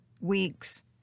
weeks